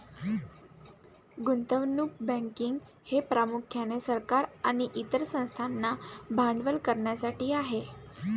गुंतवणूक बँकिंग हे प्रामुख्याने सरकार आणि इतर संस्थांना भांडवल करण्यासाठी आहे